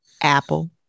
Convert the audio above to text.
Apple